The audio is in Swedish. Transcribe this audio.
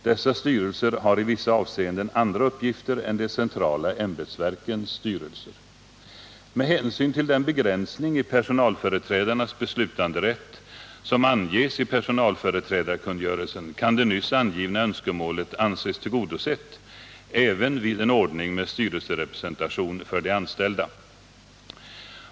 Dessa styrelser har i vissa avseenden andra uppgifter än de centrala ämbetsverkens styrelser. Med hänsyn till den begränsning i personalföreträdarnas beslutanderätt som anges i personalföreträdarkungörelsen kan det nyss angivna önskemålet anses tillgodosett även vid en ordning med styrelserepresentation för de anställda.